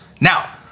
now